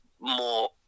more